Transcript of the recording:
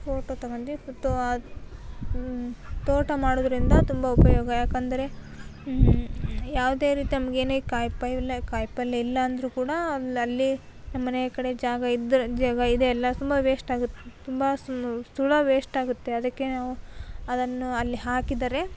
photo ತಗೊಂಡ್ವಿ photo ಅದು ತೋಟ ಮಾಡೋದರಿಂದ ತುಂಬ ಉಪಯೋಗ ಯಾಕೆಂದರೆ ಯಾವುದೇ ರೀತಿ ನಮ್ಗೆ ಏನೇ ಕಾಯಿ ಪಲ್ಲೆ ಕಾಯಿ ಪಲ್ಲೆ ಇಲ್ಲ ಅಂದ್ರೂ ಕೂಡ ಅಲ್ಲಲ್ಲಿ ನಮ್ಮನೆ ಕಡೆ ಜಾಗ ಇದ್ದರೆ ಜಾಗ ಇದೆ ಅಲ್ಲ ತುಂಬ ವೇಸ್ಟ್ ಆಗುತ್ತೆ ತುಂಬ ಸುಳ ತುಂಬ ವೇಸ್ಟ್ ಆಗುತ್ತೆ ಅದಕ್ಕೆ ನಾವು ಅದನ್ನು ಅಲ್ಲಿ ಹಾಕಿದರೆ